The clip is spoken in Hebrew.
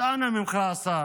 אז אנא ממך, השר,